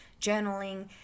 journaling